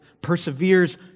perseveres